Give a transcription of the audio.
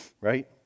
right